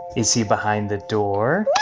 is he behind the door?